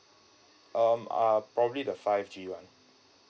um uh probably the five G [one]